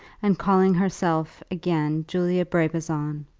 and calling herself again julia brabazon,